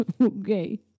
Okay